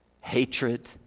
hatred